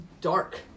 dark